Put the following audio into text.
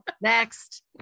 next